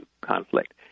conflict